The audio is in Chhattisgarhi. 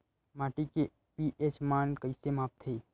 माटी के पी.एच मान कइसे मापथे?